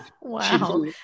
Wow